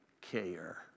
care